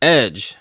edge